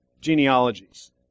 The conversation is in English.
genealogies